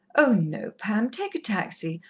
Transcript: oh, no, pam. take a taxi.